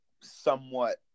somewhat